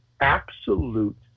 absolute